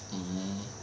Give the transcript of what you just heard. mm